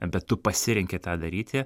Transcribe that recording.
bet tu pasirenki tą daryti